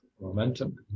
momentum